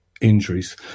injuries